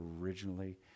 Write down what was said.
originally